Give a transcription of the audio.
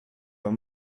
pas